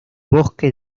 bosque